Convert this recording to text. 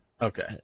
Okay